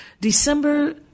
December